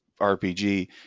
RPG